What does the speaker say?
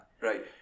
Right